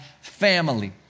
family